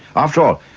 after all,